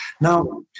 Now